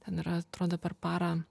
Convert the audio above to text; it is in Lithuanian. ten yra atrodo per parą